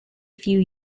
few